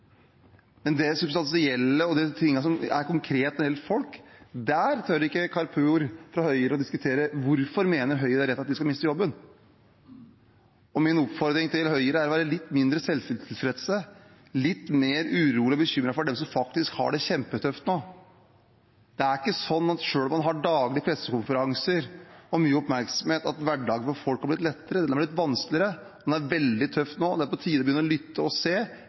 Men når det gjelder det substansielle og det som er konkret for folk, tør ikke Kapur fra Høyre å diskutere hvorfor Høyre mener det er rett at de skal miste jobben. Min oppfordring til Høyre er å være litt mindre selvtilfreds, litt mer urolig og bekymret for dem som faktisk har det kjempetøft nå. Det er ikke sånn at selv om man har daglige pressekonferanser og mye oppmerksomhet, er hverdagen til folk blitt lettere. Den har blitt vanskeligere. Den er veldig tøff nå. Det er på tide å begynne å lytte og se